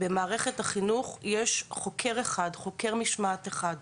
יש בה חוקר משמעת אחד בלבד.